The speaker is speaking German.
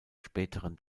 späteren